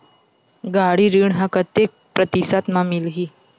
गाड़ी ऋण ह कतेक प्रतिशत म मिलही?